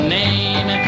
name